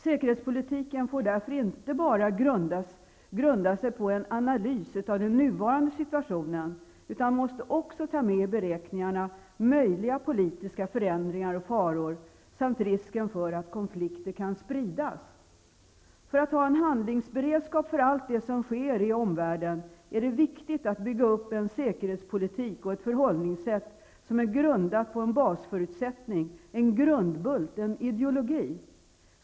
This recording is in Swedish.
Säkerhetspolitiken får därför inte enbart grunda sig på en analys av den nuvarande situationen, utan måste också ta med i beräkningarna möjliga politiska förändringar och faror samt risken för att konflikter kan spridas. För att ha en handlingsberedskap för allt det som sker i omvärlden är det viktigt att bygga upp en säkerhetspolitik och ett förhållningssätt som är grundat på en basförutsättning, grundbult, ideologi.